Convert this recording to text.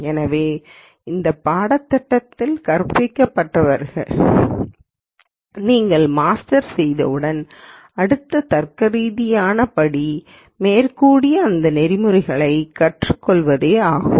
எனவே இந்த பாடத்திட்டத்தில் கற்பிக்கப்பட்டவற்றை நீங்கள் மாஸ்டர் செய்தவுடன் அடுத்த தர்க்கரீதியான படி மேற்கூறிய இந்த நெறிமுறைகளைக் கற்றுக் கொள்வதே ஆகும்